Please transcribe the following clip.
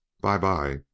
Bye-bye